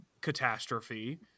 catastrophe